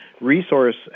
resource